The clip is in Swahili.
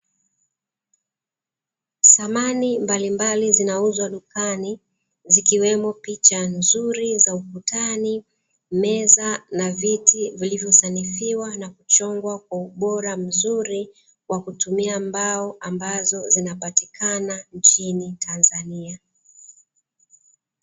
Samani mbalimbali zinauzwa dukani zikiwemo picha nzuri za ukutani, meza na viti vilivyosanifiwa na kuchongwa kwa ubora mzuri kwa kutumia mbao ambazo zinapatikana nchini Tanzania.